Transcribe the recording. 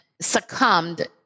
succumbed